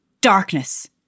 Darkness